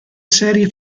serie